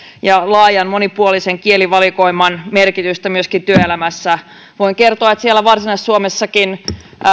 ja laajan monipuolisen kielivalikoiman merkitystä myöskin työelämässä voin kertoa että siellä varsinais suomessakin